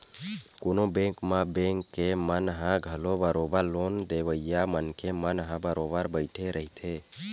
कोनो बेंक म बेंक के मन ह घलो बरोबर लोन देवइया मनखे मन ह बरोबर बइठे रहिथे